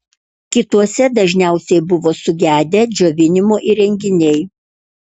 kituose dažniausiai buvo sugedę džiovinimo įrenginiai